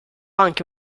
anche